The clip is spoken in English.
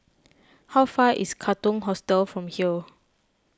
how far away is Katong Hostel from here